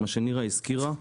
מה שנירה הזכירה,